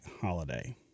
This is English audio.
holiday